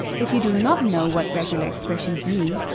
if you do not know what regular expressions mean,